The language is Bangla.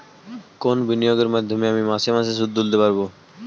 কোন বিনিয়োগের মাধ্যমে আমি মাসে মাসে সুদ তুলতে পারবো?